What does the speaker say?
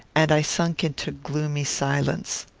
and i sunk into gloomy silence.